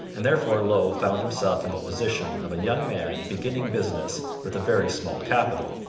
and therefore low found himself in the position of a young man beginning business with a very small capital.